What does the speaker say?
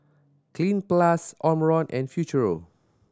Cleanz Plus Omron and Futuro